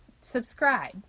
subscribe